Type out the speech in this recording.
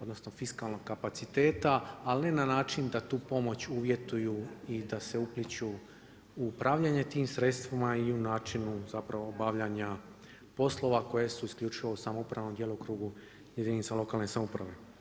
odnosno fiskalnog kapaciteta, ali ne na način da tu pomoć uvjetuju i da se upliću u upravljanje tim sredstvima i u načinu zapravo obavljanja poslova koji su isključivo u samoupravnom djelokrugu jedinica lokalne samouprave.